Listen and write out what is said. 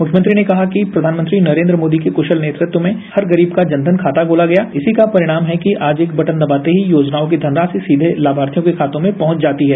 मुख्यमंत्री ने कहा कि प्रधानमंत्री नरेंद्र मोदी के क्राल नेतृत्व में हर गरीब का जन्यन खाता खोला गया इसी का परिणाम है कि आज एक बटन दबाते ही योजनाओं की धनराशि सीर्ष लामार्थियों के खातों में पहुंच जाती है